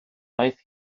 aeth